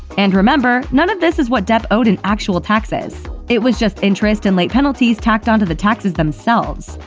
and remember none of this is what depp owed in actual taxes, it was just interest and late penalties tacked on to the taxes themselves.